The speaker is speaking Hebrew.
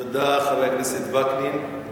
תודה לחבר הכנסת וקנין.